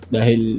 Dahil